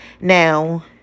Now